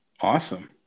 Awesome